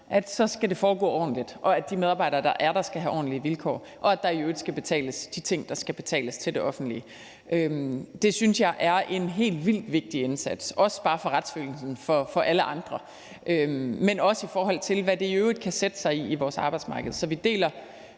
skal det foregå ordentligt, og så skal de medarbejdere, der er der, have ordentlige vilkår, og så skal de ting, der skal betales til det offentlige, i øvrigt betales. Det synes jeg er en helt vildt vigtig indsats, også bare for retsfølelsen for alle andre, men også i forhold til hvad det i øvrigt kan sætte sig i på vores arbejdsmarked. Så vi deler,